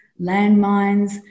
landmines